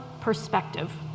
perspective